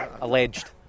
Alleged